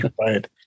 Right